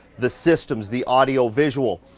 the systems, the audio visual,